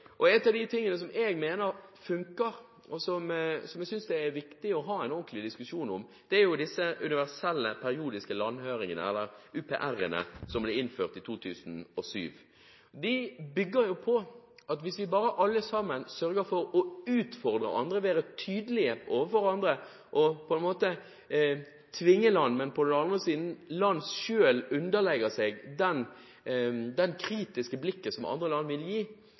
og en av de tingene jeg mener funker, og som jeg synes det er viktig å ha en ordentlig diskusjon om, er disse universelle, periodiske landhøringene, UPR-ene, som ble innført i 2007. De bygger på at hvis vi bare alle sammen sørger for å utfordre andre, være tydelige overfor andre, på en måte tvinge andre, men som land også selv underlegge seg det kritiske blikket andre land vil gi,